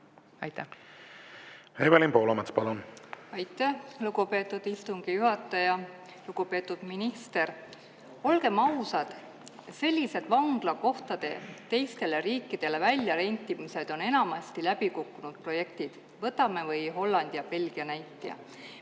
palun! Evelin Poolamets, palun! Aitäh, lugupeetud istungi juhataja! Lugupeetud minister! Olgem ausad, sellised vanglakohtade teistele riikidele väljarentimised on enamasti läbi kukkunud projektid. Võtame või Hollandi ja Belgia näite.